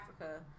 Africa